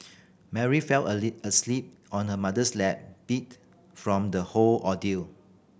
Mary fell asleep on her mother's lap beat from the whole ordeal